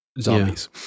zombies